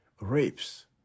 rapes